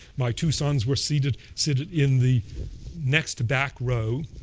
my two sons were seated seated in the next to back row.